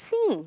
Sim